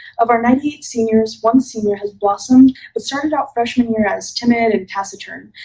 of our ninety eight seniors, one senior has blossomed, but started out freshman year as timid and taciturn,